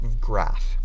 graph